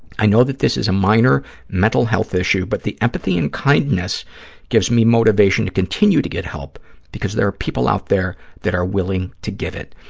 i know that this is a minor mental health issue, but the empathy and kindness gives me motivation to continue to get help because there are people out there that are willing to give it.